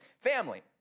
family